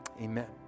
amen